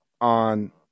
on